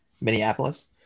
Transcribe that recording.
Minneapolis